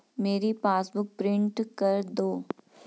मेरी passbook print कर दो